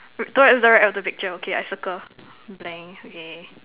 towards the right of the picture okay I circle blank okay